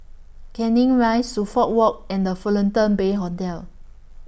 Canning Rise Suffolk Walk and The Fullerton Bay Hotel